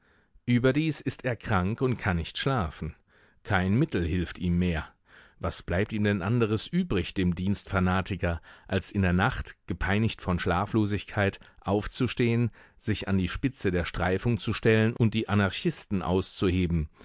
überdies ist er krank und kann nicht schlafen kein mittel hilft ihm mehr was bleibt ihm denn anderes übrig dem dienstfanatiker als in der nacht gepeinigt von schlaflosigkeit aufzustehen sich an die spitze der streifung zu stellen und die anarchisten auszuheben